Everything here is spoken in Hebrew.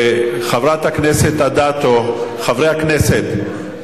חברת הכנסת אדטו, חברי הכנסת,